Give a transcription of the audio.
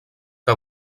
que